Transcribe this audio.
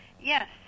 yes